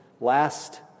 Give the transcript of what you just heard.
last